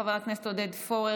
חבר הכנסת עודד פורר,